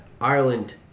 Ireland